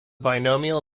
binomial